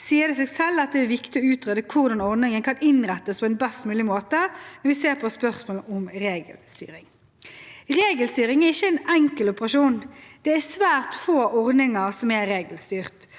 sier det seg selv at det er viktig å utrede hvordan ordningen kan innrettes på best mulig måte når vi ser på spørsmål om regelstyring. Regelstyring er ikke en enkel operasjon. Det er svært få ordninger som er regelstyrte.